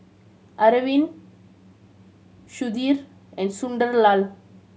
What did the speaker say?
Arvind Sudhir and Sunderlal